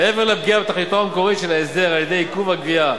מעבר לפגיעה בתכליתו המקורית של ההסדר על-ידי עיכוב הגבייה,